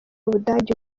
ubudage